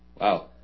Wow